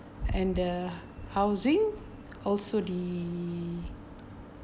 and the housing also the